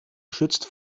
schützt